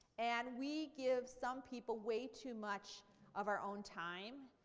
and we give some people way too much of our own time,